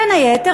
בין היתר,